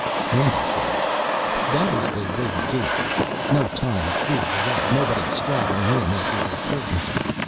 sandy says that is the way we do it here. no time fooled away nobody straggling in after the curtain's up.